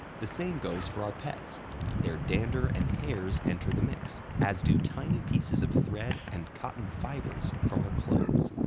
the same goes for our pets their dander and hairs enter the mix, as do tiny pieces of thread and cotton fibers from our clothes.